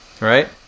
Right